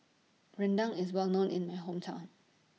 Rendang IS Well known in My Hometown